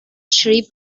schrieb